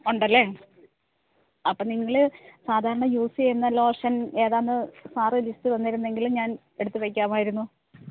ഉണ്ടല്ലേ അപ്പം നിങ്ങൾ സാധാരണ യൂസ് ചെയ്യുന്ന ലോഷന് ഏതാന്ന് സാറ് ലിസ്റ്റ് തന്നിരുന്നെങ്കിൽ ഞാന് എടുത്ത് വെയ്ക്കാമായിരുന്നു